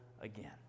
again